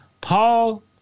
Paul